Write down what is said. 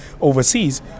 overseas